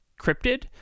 cryptid